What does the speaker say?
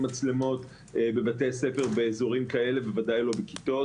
מצלמות בבתי הספר באזורים כאלה ובוודאי לא בכיתות.